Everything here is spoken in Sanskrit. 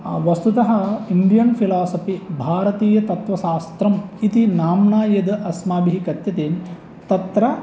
वस्तुतः इन्डियन् फ़िलासापि भारतीयतत्त्वशास्त्रम् इति नाम्ना यद् अस्माभिः कथ्यते तत्र